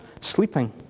sleeping